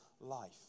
life